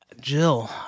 Jill